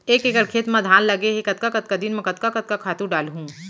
एक एकड़ खेत म धान लगे हे कतका कतका दिन म कतका कतका खातू डालहुँ?